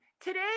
today